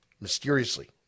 Mysteriously